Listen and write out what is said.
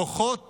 כוחות